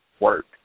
work